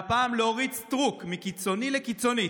והפעם לאורית סטרוק, מקיצוני לקיצונית,